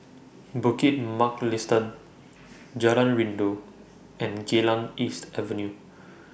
Bukit Mugliston Jalan Rindu and Geylang East Avenue